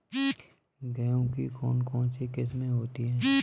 गेहूँ की कौन कौनसी किस्में होती है?